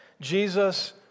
Jesus